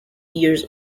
years